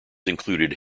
included